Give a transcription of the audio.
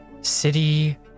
City